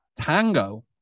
Tango